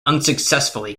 unsuccessfully